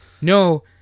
no